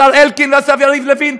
השר אלקין והשר יריב לוין,